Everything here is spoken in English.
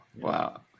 Wow